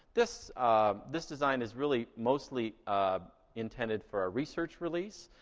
this this design is really mostly intended for research release,